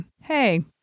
hey